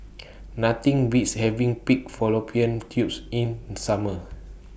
Nothing Beats having Pig Fallopian Tubes in Summer